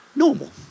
normal